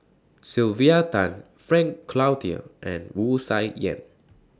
Sylvia Tan Frank Cloutier and Wu Tsai Yen